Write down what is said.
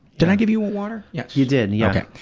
did i give you a water? yes. you did, and yeah. okay.